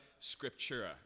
scriptura